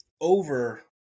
over